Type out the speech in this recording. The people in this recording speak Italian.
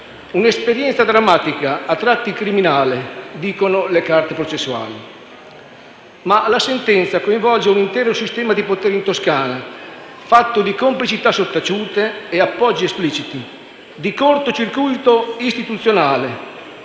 «un'esperienza drammatica, a tratti criminale», dicono le carte processuali. Ma la sentenza coinvolge un intero sistema di potere in Toscana, fatto di complicità sottaciute e appoggi espliciti, di «corto circuito istituzionale»,